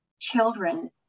children